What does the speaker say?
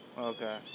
Okay